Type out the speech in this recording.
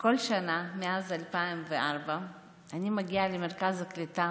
כל שנה מאז 2004 אני מגיעה למרכז הקליטה